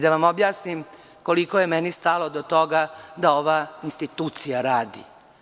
Da vam objasnim koliko je meni stalo do toga da ova institucija radi.